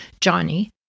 Johnny